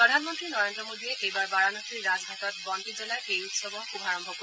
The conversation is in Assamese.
প্ৰধানমন্তী নৰেন্দ্ৰ মোদীয়ে এইবাৰ বাৰানসীৰ ৰাজঘাটত বন্তি জ্বলাই এই উৎসৱৰ শুভাৰম্ভ কৰিব